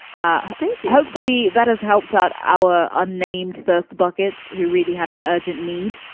ah thank you. hopefully that has helped out our unnamed thirst buckets who really had an urgent need.